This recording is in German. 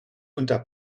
unter